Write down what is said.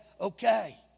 okay